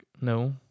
no